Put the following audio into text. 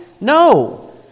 No